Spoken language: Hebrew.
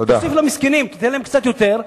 תוסיף למסכנים ותיתן להם קצת יותר,